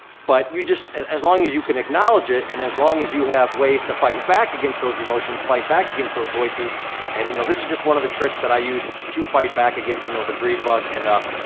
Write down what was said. but you just, as as long as you can acknowledge it, and as long as you have ways to fight back against those emotions, fight back against those voices and, you know, this is just one of the tricks that i use to fight back against, you know, the greed bug, and the ah,